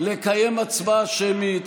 לקיים הצבעה שמית,